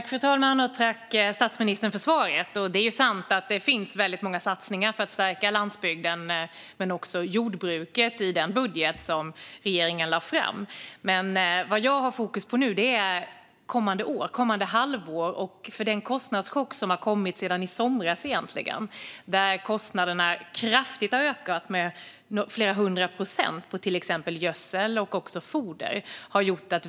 Fru talman! Tack, statsministern, för svaret! Det är sant att det finns väldigt många satsningar för att stärka landsbygden men också jordbruket i den budget som regeringen lade fram. Men vad jag nu har fokus på är kommande år, kommande halvår. Sedan i somras är det en kostnadschock. Kostnaderna har ökat kraftigt, med flera hundra procent, för till exempel gödsel och foder.